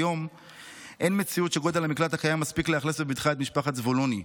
כיום אין מציאות שגודל המקלט הקיים מספיק לאכלס בבטחה את משפחת זבולוני.